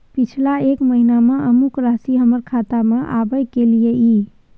पिछला एक महीना म अमुक राशि हमर खाता में आबय कैलियै इ?